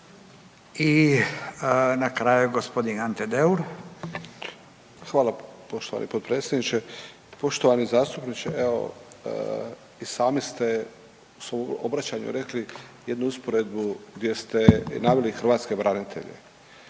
I na kraju gospodin Ante Deur. **Deur, Ante (HDZ)** Hvala gospodine potpredsjedniče. Poštovani zastupniče, evo i sami ste u svom obraćanju rekli jednu usporedbu gdje ste naveli Hrvatske branitelje.